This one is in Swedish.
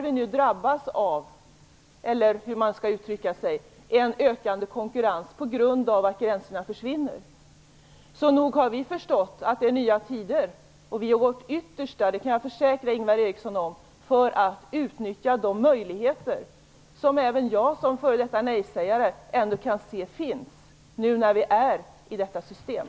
Vi drabbas - eller hur man nu skall uttrycka det - ju av en ökande konkurrens på grund av att gränserna försvinner. Så nog har vi förstått att det är nya tider. Och jag kan försäkra Ingvar Eriksson om att vi gör vårt yttersta för att utnyttja de möjligheter som även jag som f.d. nej-sägare ändå kan se finns, nu när vi ingår i detta system.